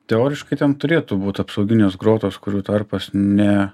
teoriškai ten turėtų būt apsauginės grotos kurių tarpas ne